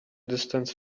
distance